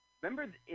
remember